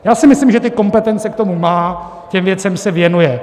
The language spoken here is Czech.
Já si myslím, že ty kompetence k tomu má, těm věcem se věnuje.